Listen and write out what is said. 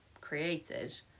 created